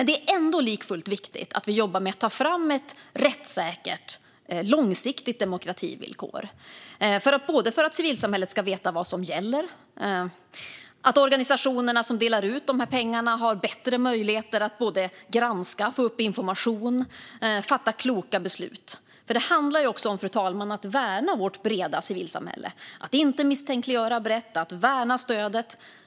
Det är likafullt viktigt att vi jobbar med att ta fram ett rättssäkert långsiktigt demokrativillkor. Det är för att civilsamhället ska veta vad som gäller och för att de organisationer som delar ut dessa pengar ska ha bättre möjligheter att granska, få upp information och fatta kloka beslut. Fru talman! Det handlar om att värna vårt breda civilsamhälle. Det gäller att inte misstänkliggöra brett utan att värna stödet.